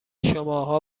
شماها